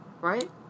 right